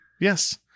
yes